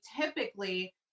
typically